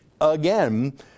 again